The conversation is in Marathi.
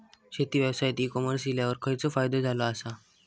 शेती व्यवसायात ई कॉमर्स इल्यावर खयचो फायदो झालो आसा?